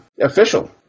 official